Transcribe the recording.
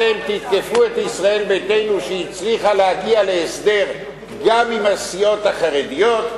אתם תתקפו את ישראל ביתנו שהצליחה להגיע להסדר גם עם הסיעות החרדיות,